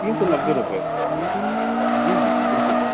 تین سو نبے روپئے جی جی جی بالکل